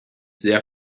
sehr